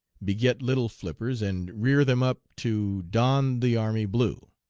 beget little flippers, and rear them up to don the army blue,